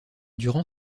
durant